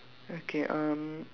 okay um